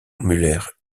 müller